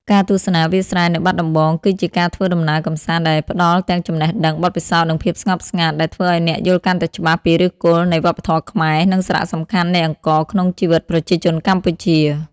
ការទស្សនាវាលស្រែនៅបាត់ដំបង គឺជាការធ្វើដំណើរកម្សាន្តដែលផ្ដល់ទាំងចំណេះដឹង បទពិសោធន៍ និងភាពស្ងប់ស្ងាត់ ដែលធ្វើឱ្យអ្នកយល់កាន់តែច្បាស់ពីឫសគល់នៃវប្បធម៌ខ្មែរ និងសារៈសំខាន់នៃអង្ករក្នុងជីវិតប្រជាជនកម្ពុជា ។